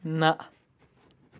نہَ